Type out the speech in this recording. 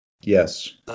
Yes